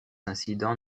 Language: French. incident